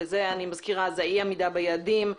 שהם אני מזכירה: אי-עמידה ביעדים,